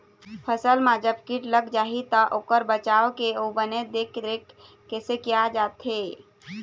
फसल मा जब कीट लग जाही ता ओकर बचाव के अउ बने देख देख रेख कैसे किया जाथे?